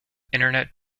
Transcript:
internet